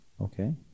Okay